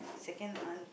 second aunt